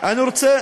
אני רוצה